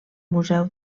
museu